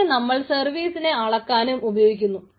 അതിനെ നമ്മൾ സർവീസിനെ അളക്കാനും ഉപയോഗിക്കുന്നു